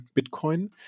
Bitcoin